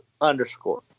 underscore